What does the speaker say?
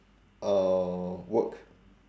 uh work